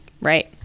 Right